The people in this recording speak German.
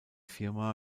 firma